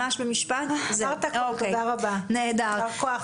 אמרת הכול, תודה רבה, יישר כוח.